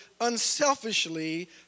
unselfishly